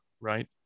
right